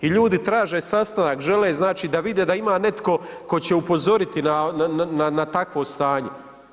I ljudi traže sastanak, žele znači da vide da ima netko tko će upozoriti na takvo stanje.